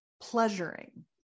pleasuring